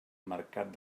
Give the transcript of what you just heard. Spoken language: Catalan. mercat